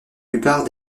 plupart